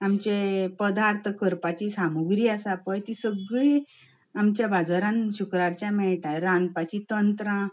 आमचे पदार्थ करपाची सामुग्री आसा पळय तें सगळी आमच्या बाजारांत शुक्रारचें मेळटा रांदपाचीं तंत्रां